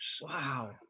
Wow